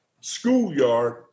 schoolyard